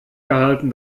gehalten